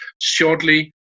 shortly